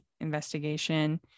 investigation